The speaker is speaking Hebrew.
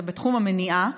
בתחום המניעה.